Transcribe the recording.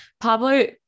Pablo